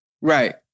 Right